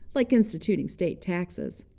like instituting state taxes.